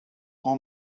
pull